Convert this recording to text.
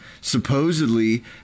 supposedly